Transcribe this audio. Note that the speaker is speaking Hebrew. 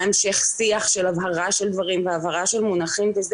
המשך שיח של העברה של דברים והעברה של מונחים.